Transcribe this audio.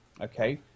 Okay